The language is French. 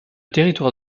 territoire